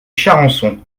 charançon